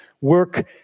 work